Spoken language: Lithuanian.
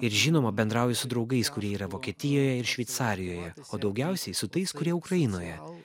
ir žinoma bendrauju su draugais kurie yra vokietijoje ir šveicarijoje o daugiausiai su tais kurie ukrainoje